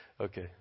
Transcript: Okay